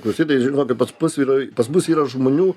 klausytojai žino kad pas pus yra pas mus yra žmonių